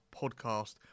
podcast